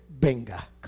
Venga